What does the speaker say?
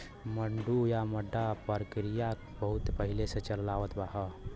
मड्डू या मड्डा परकिरिया बहुत पहिले से चलल आवत ह